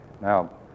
Now